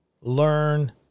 learn